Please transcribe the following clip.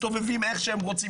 מסתובבים איך שהם רוצים.